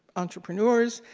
entrepreneurs.